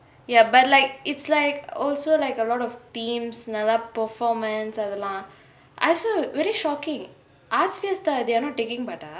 ya but like it's like also like a lot of teams நல்ல:nalla performance அதெல்லா:athella I also very shocking arts fiesta they are not taking part ah